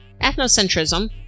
ethnocentrism